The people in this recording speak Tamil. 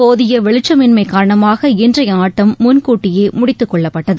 போதிய வெளிச்சமின்மை காரணமாக இன்றைய ஆட்டம் முன்கூட்டியே முடித்துக் கொள்ளப்பட்டது